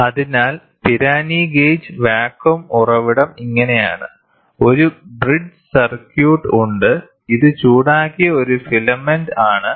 അതിനാൽ Pirani gauge vacuum ഉറവിടം ഇങ്ങനെയാണ് ഒരു ബ്രിഡ്ജ് സർക്യൂട്ട് ഉണ്ട് ഇത് ചൂടാക്കിയ ഒരു ഫിലമെന്റ് ആണ്